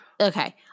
Okay